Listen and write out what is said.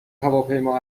هواپیما